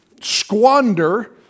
squander